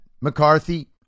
McCarthy